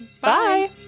Bye